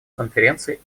конференций